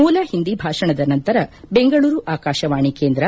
ಮೂಲ ಹಿಂದಿ ಭಾಷಣದ ನಂತರ ಬೆಂಗಳೂರು ಆಕಾಶವಾಣಿ ಕೇಂದ್ರ